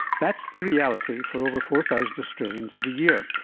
that's the reality for over four thousand australians every year,